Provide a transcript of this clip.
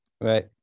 Right